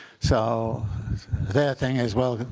so their thing is, well,